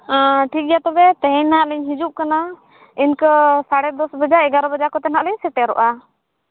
ᱴᱷᱤᱠ ᱜᱮᱭᱟ ᱛᱚᱵᱮ ᱛᱮᱦᱮᱧ ᱱᱟᱜ ᱞᱤᱧ ᱦᱤᱡᱩᱜ ᱠᱟᱱᱟᱤᱱᱠᱟᱹ ᱥᱟᱲᱮ ᱫᱚᱥ ᱵᱟᱡᱟᱜ ᱮᱜᱟᱨᱚ ᱵᱟᱡᱟᱜ ᱠᱚᱛᱮ ᱱᱟᱜ ᱞᱤᱧ ᱥᱮᱴᱮᱨᱚᱜᱼᱟ